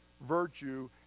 virtue